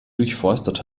durchforstet